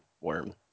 worm